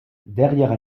derrière